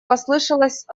послышалось